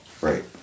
Right